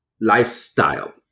lifestyle